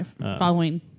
Following